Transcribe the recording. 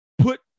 put